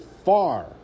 Far